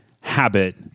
habit